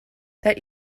that